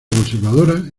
conservadora